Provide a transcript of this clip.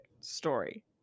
story